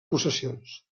possessions